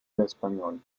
español